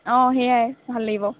অঁ সেয়াই ভাল লাগিব